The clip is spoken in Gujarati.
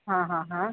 હા હા હા